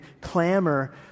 clamor